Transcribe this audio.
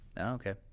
Okay